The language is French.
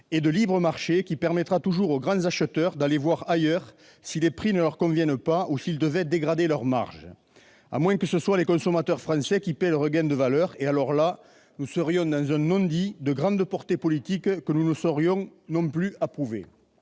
et de libre marché, qui permettra toujours aux grands acheteurs d'aller voir ailleurs si les prix ne leur conviennent pas ou si leurs marges se dégradent. À moins que les consommateurs français ne paient le regain de valeur ! Nous serions alors dans un non-dit de grande portée politique, que nous ne saurions approuver.